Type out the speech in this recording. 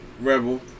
Rebel